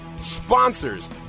sponsors